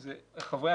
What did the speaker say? זאת אומרת לבטל